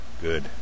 Good